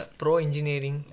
pro-engineering